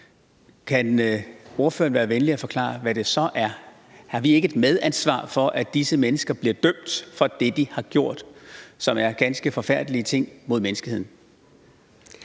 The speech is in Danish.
Kan ordføreren være venlig at forklare, hvad det så er? Har vi ikke et medansvar for, at disse mennesker bliver dømt for det, de har gjort, som er ganske forfærdelige ting, mod menneskeheden?